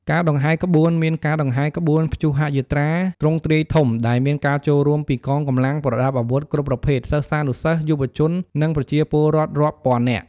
ការដង្ហែរក្បួន មានការដង្ហែរក្បួនព្យុហយាត្រាទ្រង់ទ្រាយធំ ដែលមានការចូលរួមពីកងកម្លាំងប្រដាប់អាវុធគ្រប់ប្រភេទ សិស្សានុសិស្ស យុវជន និងប្រជាពលរដ្ឋរាប់ពាន់នាក់។